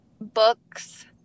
books